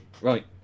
Right